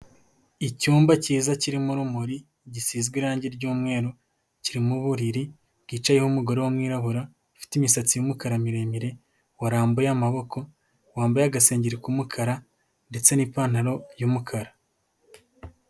Icyumba cyiza kirimo urumuri, gisizwe irangi ry'umweru. Kirimo uburiri bwicayeho umugore w'umwirabura, ufite imisatsi y'umukara miremire. Warambuye amaboko, wambaye agasengeri k'umukara ndetse n'ipantaro y'umukara